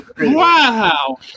Wow